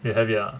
you have it ah